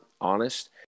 honest